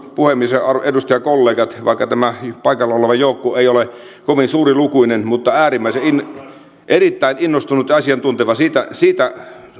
puhemies ja edustajakollegat tämä paikalla oleva joukko ei ole kovin suurilukuinen mutta erittäin innostunut ja asiantunteva siitä siitä